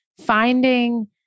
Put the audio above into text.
finding